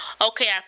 okay